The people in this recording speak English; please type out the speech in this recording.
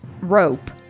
rope